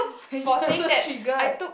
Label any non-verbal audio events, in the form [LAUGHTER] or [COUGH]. [LAUGHS] you're so triggered